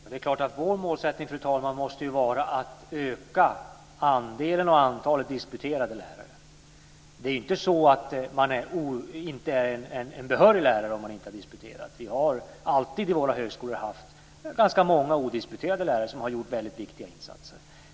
Fru talman! Det är klart att vår målsättning måste vara att öka andelen och antalet disputerade lärare. Det är inte så att man inte är en behörig lärare om man inte har disputerat. Det har alltid vid våra högskolor funnits ganska många odisputerade lärare som har gjort väldigt viktiga insatser.